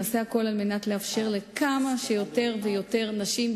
נעשה הכול על מנת לאפשר לכמה שיותר נשים,